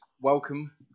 welcome